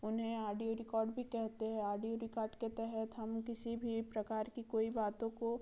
उन्हें audio record भी कहते हैं आडियो रिकार्ड के तहत हम किसी भी प्रकार की कोई बातों को